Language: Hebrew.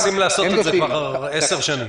--- מנסים לעשות את זה כבר 10 שנים.